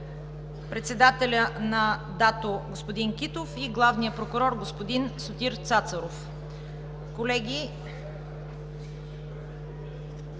председателят на ДАТО – господин Китов, и главният прокурор господин Сотир Цацаров. Колеги,